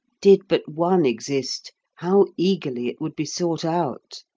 did but one exist, how eagerly it would be sought out,